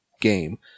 game